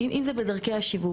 אם זה בדרכי השיווק,